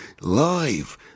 live